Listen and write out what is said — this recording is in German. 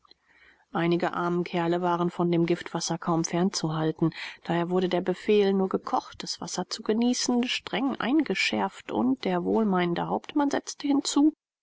einige arme kerle waren von dem giftwasser kaum fernzuhalten daher wurde der befehl nur gekochtes wasser zu genießen streng eingeschärft und der wohlmeinende hauptmann setzte hinzu